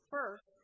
First